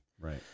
Right